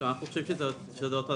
אנחנו חושבים שזה אותו דבר.